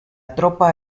tropa